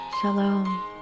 Shalom